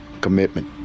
commitment